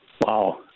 Wow